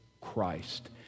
Christ